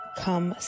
come